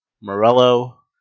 Morello